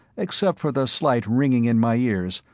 except for the slight ringing in my ears,